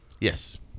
Yes